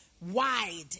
wide